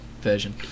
version